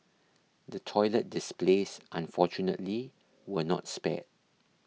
the toilet displays unfortunately were not spared